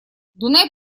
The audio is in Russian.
дунай